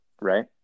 right